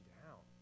down